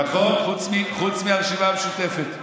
נכון, חוץ מהרשימה המשותפת.